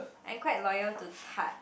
I'm quite loyal to Tarte